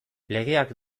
legeak